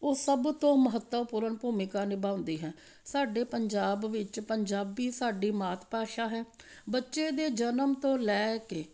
ਉਹ ਸਭ ਤੋਂ ਮਹੱਤਵਪੂਰਨ ਭੂਮਿਕਾ ਨਿਭਾਉਂਦੀ ਹੈ ਸਾਡੇ ਪੰਜਾਬ ਵਿੱਚ ਪੰਜਾਬੀ ਸਾਡੀ ਮਾਤ ਭਾਸ਼ਾ ਹੈ ਬੱਚੇ ਦੇ ਜਨਮ ਤੋਂ ਲੈ ਕੇ